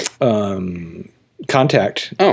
Contact